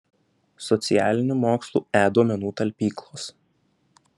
socialinių mokslų e duomenų talpyklos